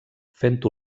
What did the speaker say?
fent